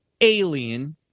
alien